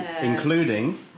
Including